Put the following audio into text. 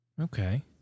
Okay